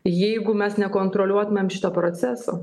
jeigu mes nekontroliuotumėm šito proceso